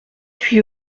huit